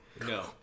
no